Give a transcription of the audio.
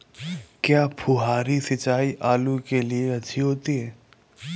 क्या फुहारी सिंचाई आलू के लिए अच्छी होती है?